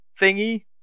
thingy